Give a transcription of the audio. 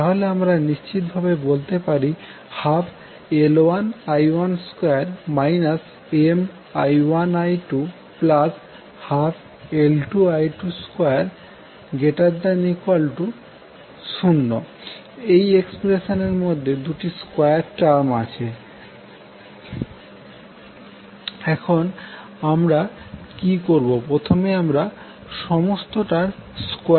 তাহলে আমরা নিশ্চিত ভাবে বলতে পারি 12L1i12 Mi1i212L2i22≥0 এখন এই এক্সপ্রেশন এর মধ্যে দুটি স্কয়ার টার্ম আছে এখন আমরা কি করবো প্রথমে আমরা সমস্তটার স্কয়ার করে নেবো